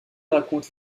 raconte